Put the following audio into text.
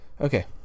okay